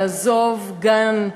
לעזוב גן,